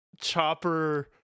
Chopper